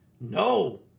No